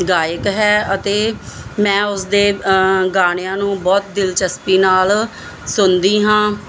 ਗਾਇਕ ਹੈ ਅਤੇ ਮੈਂ ਉਸਦੇ ਗਾਣਿਆਂ ਨੂੰ ਬਹੁਤ ਦਿਲਚਸਪੀ ਨਾਲ ਸੁਣਦੀ ਹਾਂ